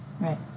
Right